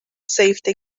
safety